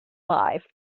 life